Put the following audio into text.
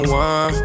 one